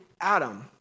Adam